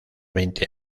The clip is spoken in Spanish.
veinte